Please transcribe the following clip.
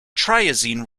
triazine